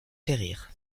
périrent